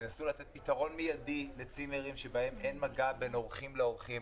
תנו פתרון מיידי לצימרים שבהם אין מגע בין אורחים שונים.